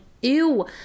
ew